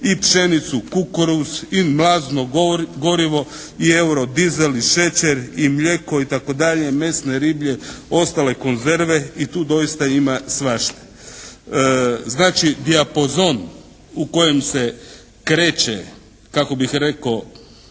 i pšenicu, kukuruz i mlazno gorivo i eurodiesel i šećer, i mlijeko itd. mesne riblje i ostale konzerve, i tu doista ima svašta. Znači, dijapozon u kojem se kreće kako bih rekao